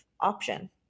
option